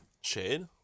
Shade